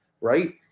right